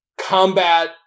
combat